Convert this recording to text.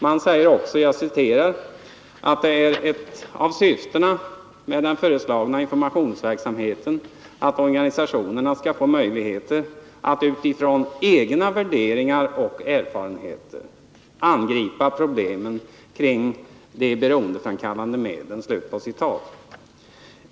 Man säger också att ett av syftena med den föreslagna informationsverksamheten är att organisationerna skall få möjligheter att utifrån egna värderingar och erfarenheter angripa problemen kring de beroendeframkallande medlen.